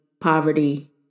poverty